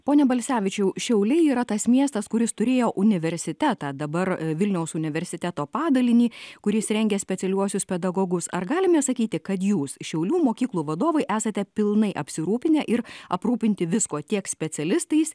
pone balsevičiau šiauliai yra tas miestas kuris turėjo universitetą dabar vilniaus universiteto padalinį kuris rengia specialiuosius pedagogus ar galime sakyti kad jūs šiaulių mokyklų vadovai esate pilnai apsirūpinę ir aprūpinti viskuo tiek specialistais